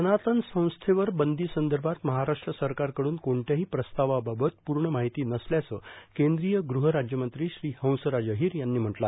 सनातन संस्थेवर बंदी संदर्भात महराष्ट्र सरकारकडून कोणत्याही प्रस्तावाबाबत पूर्ण माहिती नसल्याचं केंद्रीय गृह राज्यमंत्री श्री हंसराज अहिर यांनी म्हटलं आहे